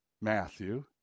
Matthew